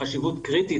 חשיבות קריטית,